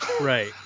Right